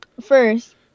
first